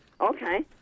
Okay